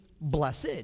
blessed